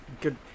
Good